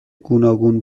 گوناگون